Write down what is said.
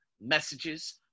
messages